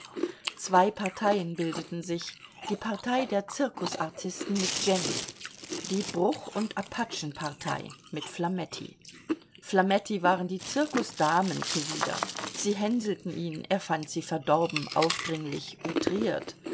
zwei parteien bildeten sich die partei der zirkusartisten mit jenny die bruch und apachenpartei mit flametti flametti waren die zirkusdamen zuwider sie hänselten ihn er fand sie verdorben aufdringlich